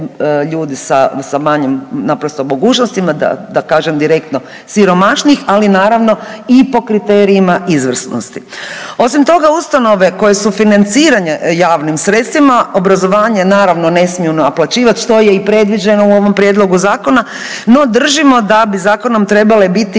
ljudi sa manjim naprosto mogućnostima, da kažem direktno, siromašnijih, ali naravno i po kriterijima izvrsnosti. Osim toga, ustanove koje su financirane javnim sredstvima, obrazovanje, naravno, ne smiju naplaćivati, što je i predviđeno u ovom Prijedlogu zakona, no držimo da bi zakonom trebale biti